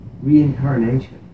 reincarnation